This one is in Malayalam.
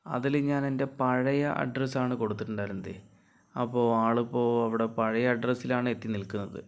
അതിൽ ഞാൻ എൻറെ പഴയ അഡ്രസ്സ് ആണ് കൊടുത്തിട്ടുണ്ടായിരുന്നതേ അപ്പോൾ ആൾപ്പോ അവിടെ പഴയ അഡ്രസ്സിലാണ് എത്തിനിൽക്കുന്നത്